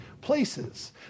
places